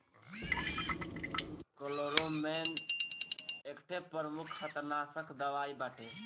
chloramben एकठे प्रमुख खरपतवारनाशक दवाई बाटे